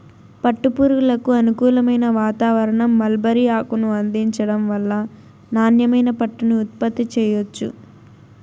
పట్టు పురుగులకు అనుకూలమైన వాతావారణం, మల్బరీ ఆకును అందించటం వల్ల నాణ్యమైన పట్టుని ఉత్పత్తి చెయ్యొచ్చు